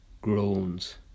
groans